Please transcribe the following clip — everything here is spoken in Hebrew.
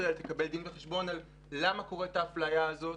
ישראל תקבל דין וחשבון למה קורית האפליה הזאת,